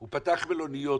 הוא פתח מלוניות